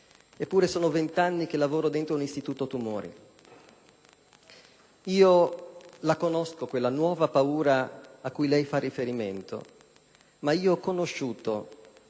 eppure sono vent'anni che lavoro all'interno di un istituto tumori. Io la conosco quella nuova paura cui lei fa riferimento, ma ho conosciuto,